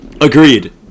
Agreed